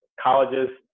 colleges